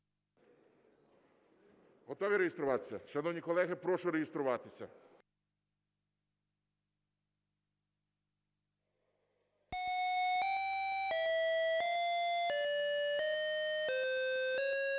Готові реєструватися? Шановні колеги, прошу реєструватися. 10:03:35